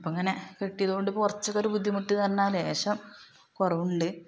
ഇപ്പങ്ങനെ കെട്ടിയതു കൊണ്ട് ഇപ്പോൾ കുറച്ചക്കൊരു ബുദ്ധിമുട്ട് വന്നാൽ ലേശം കുറവുണ്ട്